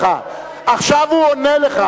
עכשיו הוא עונה לך.